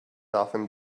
often